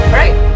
right